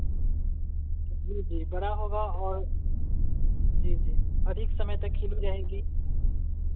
जी जी बड़ा होगा और जी जी अधिक समय तक खिली रहेगी